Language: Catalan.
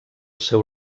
seu